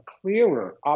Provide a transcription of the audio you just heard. clearer